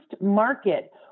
market